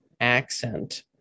accent